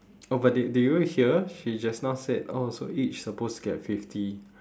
oh but did did you hear she just now said oh so each supposed to get fifty